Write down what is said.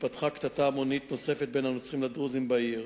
התפתחה קטטה המונית נוספת בין הנוצרים לדרוזים בעיר.